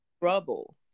trouble